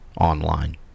online